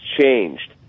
changed